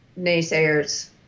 naysayers